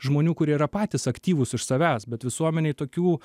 žmonių kurie yra patys aktyvūs iš savęs bet visuomenėj tokių